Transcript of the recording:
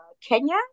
Kenya